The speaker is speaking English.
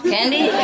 Candy